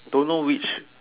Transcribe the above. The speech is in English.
don't know which